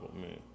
man